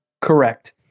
Correct